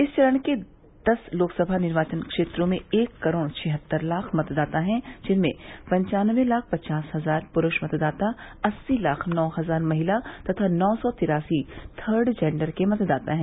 इस चरण के दस लोकसभा निर्वाचन क्षेत्रों में एक करोड़ छिहत्तर लाख मतदाता है जिनमें पंचानवें लाख पचास हजार पुरूष मतदाता अस्सी लाख नौ हजार महिला तथा नौ सौ तिरासी थर्ड जेंडर के मतदाता है